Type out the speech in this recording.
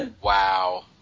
Wow